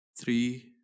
Three